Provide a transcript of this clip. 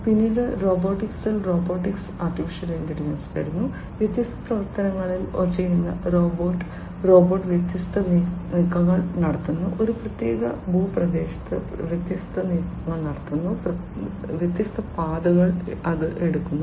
പിന്നീട് റോബോട്ടിക്സിൽ robotics AI വരുന്നു വ്യത്യസ്ത പ്രവർത്തനങ്ങൾ ചെയ്യുന്ന റോബോട്ട് റോബോട്ട് വ്യത്യസ്ത നീക്കങ്ങൾ നടത്തുന്നു ഒരു പ്രത്യേക ഭൂപ്രദേശത്ത് വ്യത്യസ്ത നീക്കങ്ങൾ നടത്തുന്നു വ്യത്യസ്ത പാതകൾ എടുക്കുന്നു